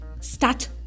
start